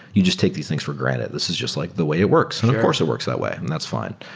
you just take these things for granted. this is just like the way it works, and of course it works that way, and that's fine.